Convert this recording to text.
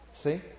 See